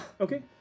Okay